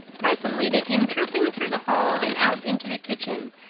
presently they came trooping through the hall and out into the kitchen,